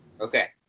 Okay